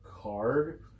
card